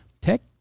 Tech